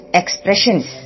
expressions